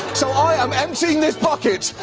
so i am emptying this bucket.